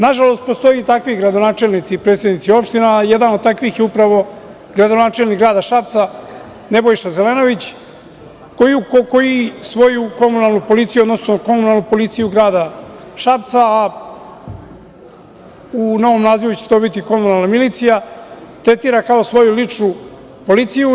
Nažalost, postoji takvi gradonačelnici i predsednici opštine, a jedan od takvih je upravo gradonačelnik grada Šapca, Nebojša Zelenović, koji svoju komunalnu policiju, odnosno komunalnu policiju grada Šapca, a u novom nazivu će to biti komunalna milicija, tretira kao svoju ličnu policiju.